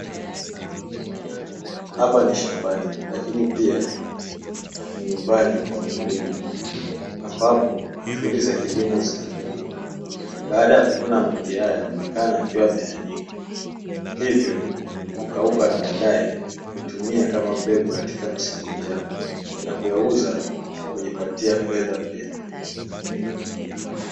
Hapa ni shambani, lakini pia ni nyumbani kwa mkulima, ambapo shughuli za kilimo zinafanyika. Baada ya kuvuna mahindi haya amekaa akiwa ameyaanika, hivyo hukauka na baadae hutumia kama mbegu msimu ujao, na kuyauza na kujipatia fedha pia.